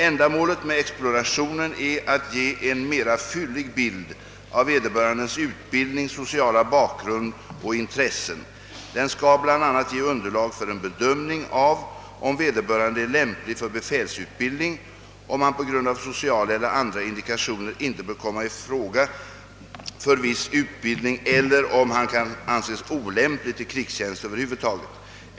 Ändamålet med explorationen är att ge en mera fyllig bild av vederbörandes utbildning, sociala bakgrund och intressen. Den skall bland annat ge underlag för en bedömning av om vederbörade är lämplig för befälsutbildning, om han på grund av sociala eller andra indikationer inte bör komma i fråga för viss utbildning eller om han kan anses olämplig till krigstjänst över huvud taget.